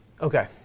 Okay